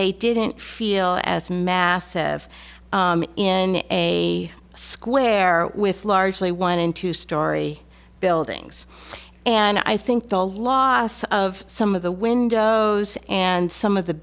they didn't feel as massive in a square with largely one in two story buildings and i think the loss of some of the windows and some of the